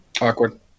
awkward